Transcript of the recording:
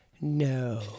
No